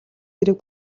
хэрэг